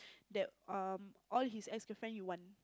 that um all his ex girlfriend you want